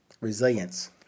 resilience